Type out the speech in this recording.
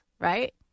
right